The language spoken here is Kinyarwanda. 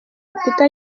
lupita